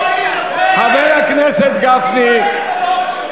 חבר הכנסת גפני, אני אדבר אתך בעוד,